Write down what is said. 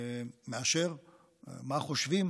מה חושבים